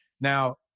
Now